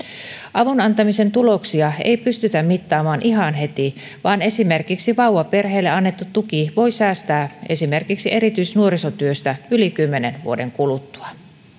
avun antamisen tuloksia ei pystytä mittaamaan ihan heti vaan esimerkiksi vauvaperheille annettu tuki voi säästää esimerkiksi erityisnuorisotyöstä yli kymmenen vuoden kuluttua